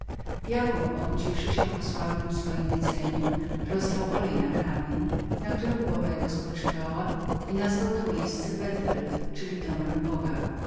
jakób obudziwszy się po sławnem swojem widzeniu rozlał olej na kamień na którym głowa jego spoczywała i nazwał to miejsce bethel czyli dom boga